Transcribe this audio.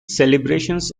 celebrations